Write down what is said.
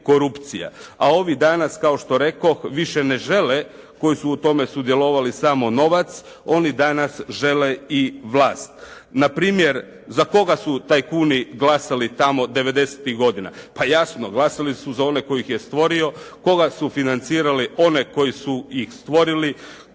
A ovi danas kao što rekoh, više ne žele, koji su u tome sudjelovali samo novac, oni danas žele i vlast. Npr. za koga su tajkuni glasali tamo 90-ih godina. Pa jasno, glasali su za one tko ih je stvorio. Koga su financirali? One koji su ih i stvorili.